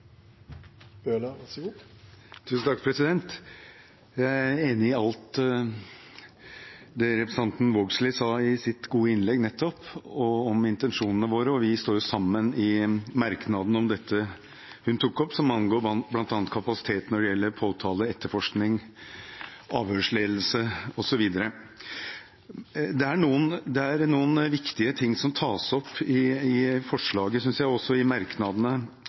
Jeg er enig i alt det representanten Vågslid nettopp sa i sitt gode innlegg, og om intensjonene våre. Vi står sammen i merknadene om dette hun tok opp, som angår bl.a. kapasiteten når det gjelder påtale, etterforskning, avhørsledelse osv. Det er noen viktige ting som tas opp i forslaget, og også i merknadene, i SVs begrunnelse for forslaget. Jeg tenker særlig på tallene for variasjonen i